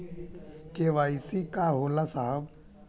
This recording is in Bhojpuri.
के.वाइ.सी का होला साहब?